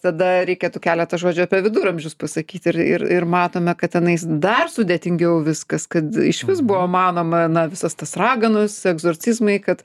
tada reikėtų keletą žodžių apie viduramžius pasakyt ir ir matome kad tenais dar sudėtingiau viskas kad išvis buvo manoma na visas tas raganos egzorcizmai kad